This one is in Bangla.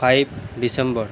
five December